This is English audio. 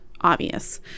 obvious